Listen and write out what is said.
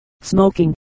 smoking